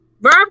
Verb